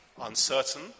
uncertain